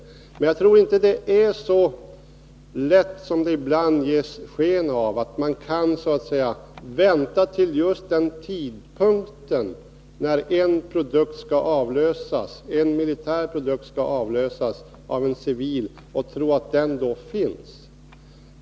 Jag tror inte det är så lätt som man ibland ger sken av; jag tror inte att man kan vänta till den tidpunkt då en militär produkt skall avlösas av en civil och tro att den då finns.